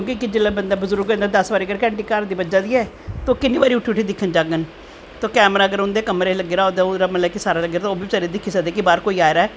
क्योंकि बंदा जिसलै बजुर्ग होई जंदा दस बारी अगर घैंटी घर दी बज्जा दी ऐ तो ओह् किन्नी बारी उट्ठू उट्ठी दिखन जांगन ते अगर कैमरा उंदे कमरे च लग्गे दा होग ते ओह् बी बचैरे दिक्खी सकदे कि बाह्र कोई आदा ऐ